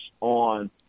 on